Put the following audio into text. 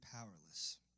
powerless